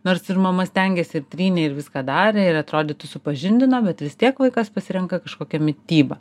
nors ir mama stengėsi ir trynė ir viską darė ir atrodytų supažindino bet vis tiek vaikas pasirenka kažkokią mitybą